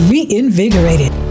Reinvigorated